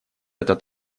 этот